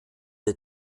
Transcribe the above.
der